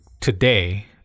today